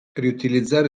riutilizzare